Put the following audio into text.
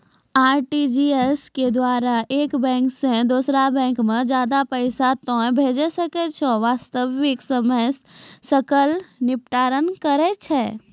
RTGS के द्वारा एक बैंक से दोसरा बैंको मे ज्यादा पैसा तोय भेजै सकै छौ वास्तविक समय सकल निपटान कहै छै?